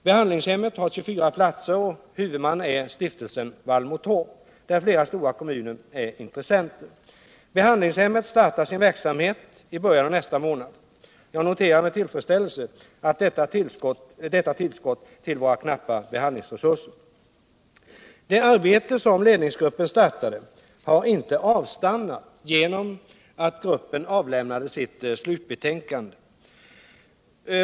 Behandlingshemmet har 24 platser och huvudman är stiftelsen Vallmotorp, där flera stora kommuner är intressenter. Behandlingshemmet startar sin verksamhet i början av nästa månad. Jag noterar med tillfredsställelse detta tillskott till våra knappa behandlingsresurser. Det arbete som ledningsgruppen startade har inte avstannat i och med att gruppen avlämnat sitt slutbetänkande.